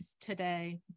today